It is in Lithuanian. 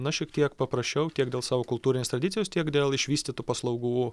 na šiek tiek paprasčiau tiek dėl savo kultūrinės tradicijos tiek dėl išvystytų paslaugų